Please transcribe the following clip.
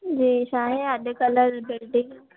जी छा आहे अॼु कल्ह बिल्डिंग